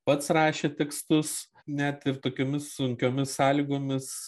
pats rašė tekstus net ir tokiomis sunkiomis sąlygomis